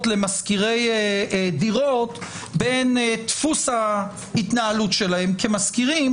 למשכירי דירות לבין דפוס ההתנהלות שלהם כמשכירים.